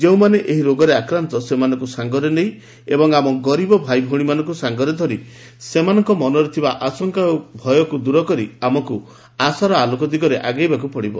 ଯେଉଁମାନେ ଏହି ରୋଗରେ ଆକ୍ରାନ୍ଡ ସେମାନଙ୍ଙୁ ସାଙ୍ଗରେ ନେଇ ଏବଂ ଆମର ଗରିବ ଭାଇଭଉଣୀମାନଙ୍କୁ ସାଙ୍ଗରେ ଧରି ସେମାନଙ୍କ ମନରେ ଥିବା ଆଶଙ୍କା ଓ ଭୟକୁ ଦୂର କରି ଆମକୁ ଆଶାର ଆଲୋକ ଦିଗରେ ଆଗେଇବାକୁ ପଡିବ